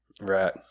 right